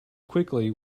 quickly